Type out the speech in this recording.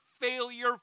failure